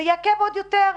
זה יעכב עוד יותר,